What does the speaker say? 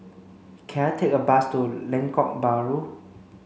can I take a bus to Lengkok Bahru